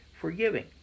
forgiving